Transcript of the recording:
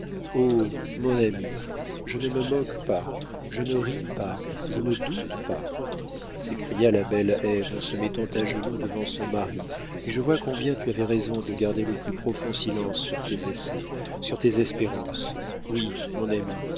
mon ami je ne me moque pas je ne ris pas je ne doute pas s'écria la belle ève en se mettant à genoux devant son mari mais je vois combien tu avais raison de garder le plus profond silence sur tes essais sur tes espérances oui mon ami